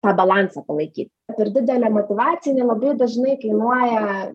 tą balansą palaikyt per didelė motyvacija jinai labai dažnai kainuoja